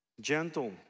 Gentle